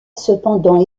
cependant